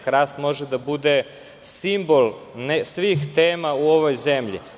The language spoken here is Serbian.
Hrast može da bude simbol ne svih tema u ovoj zemlji.